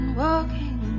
walking